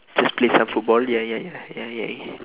just play some football ya ya ya ya ya ya